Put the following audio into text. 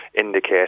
indicate